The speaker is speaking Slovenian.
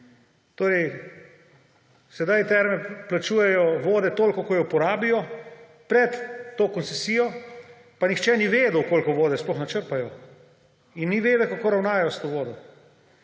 Torej, sedaj Terme plačujejo toliko vode, kolikor jo porabijo, pred to koncesijo pa nihče ni vedel, koliko vode sploh načrpajo, in niso vedeli, kako ravnajo s to vodo.